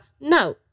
no